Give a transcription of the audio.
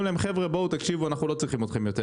לכאן שאנחנו לא צריכים אתכם יותר,